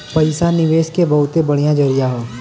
पइसा निवेस के बहुते बढ़िया जरिया हौ